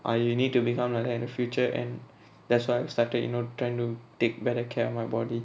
ah you need to become like in the future and that's why I started you know trying to take better care of my body